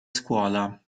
scuola